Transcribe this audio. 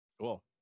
Cool